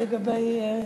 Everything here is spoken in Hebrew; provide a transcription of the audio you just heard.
לגבי דבריו,